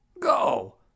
go